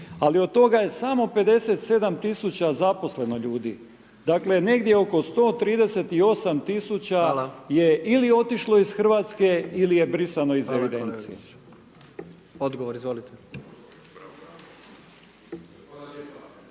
ali od toga je samo 57000 zaposleno ljudi. Dakle, negdje oko 138000 je, ili otišlo iz Hrvatske, ili je brisano iz evidencije. **Jandroković, Gordan